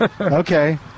Okay